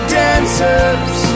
dancers